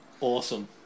Awesome